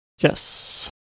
Yes